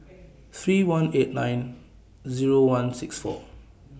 three one eight nine Zero one six four